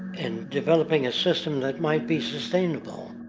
and developing a system that might be sustainable,